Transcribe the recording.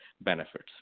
benefits